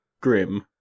grim